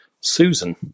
Susan